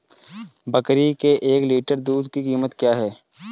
बकरी के एक लीटर दूध की कीमत क्या है?